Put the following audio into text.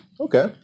Okay